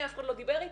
היועצות.